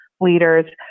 leaders